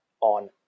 on